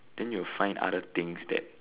then you'll find other things that